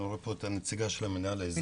אני לא רואה פה את הנציגה של המינהל האזרחי.